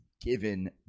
given